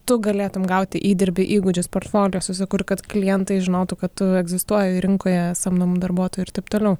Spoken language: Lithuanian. tu galėtum gauti įdirbį įgūdžius portfolio susikurt kad klientai žinotų kad tu egzistuoji rinkoje samdomų darbuotojų ir taip toliau